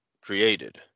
created